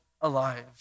alive